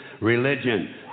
religion